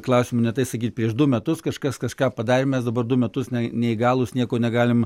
klausimu ne tai sakyt prieš du metus kažkas kažką padarė mes dabar du metus ne neįgalūs nieko negalim